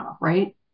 right